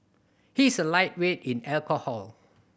he is a lightweight in alcohol